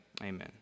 Amen